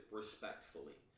respectfully